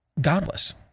Godless